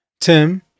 Tim